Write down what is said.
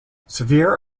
severe